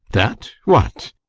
that! what?